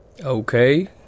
Okay